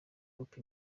hope